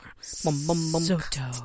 Soto